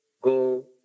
go